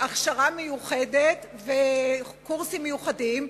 הכשרה מיוחדת וקורסים מיוחדים,